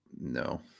No